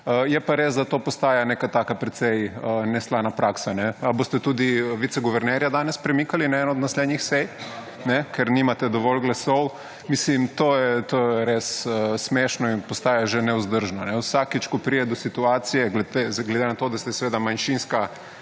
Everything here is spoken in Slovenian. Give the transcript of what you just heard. Je pa res, da to postaja neka taka precej neslana praksa. Ali boste tudi viceguvernerja danes premikali na eno od naslednjih sej, ker nimate dovolj glasov? Mislim, to je res smešno in postaja že nevzdržno. Vsakič, ko pride do situacije, zdaj glede na to, da ste seveda manjšinska